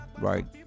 Right